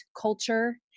culture